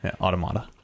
Automata